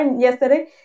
yesterday